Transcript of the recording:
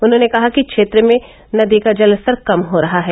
उन्होंने कहा कि क्षेत्र में नदी का जलस्तर कम हो रहा है